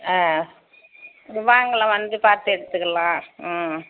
ஆ வாங்கலாம் வந்து பார்த்து எடுத்துக்கலாம் ம்